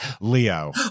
Leo